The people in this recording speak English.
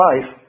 life